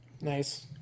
Nice